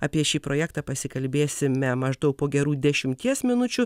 apie šį projektą pasikalbėsime maždaug po gerų dešimties minučių